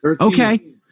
Okay